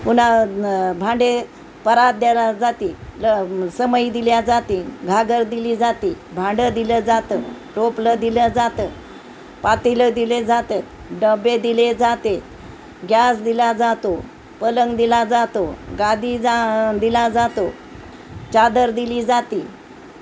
उन्हा भांडे परात दिली जाते ल समई दिली जाते घागर दिली जाती भांडं दिलं जातं टोपलं दिलं जातं पातेलं दिले जातं डबे दिले जाते गॅस दिला जातो पलंग दिला जातो गादी जा दिली जाते चादर दिली जाती